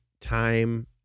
time